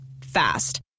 Fast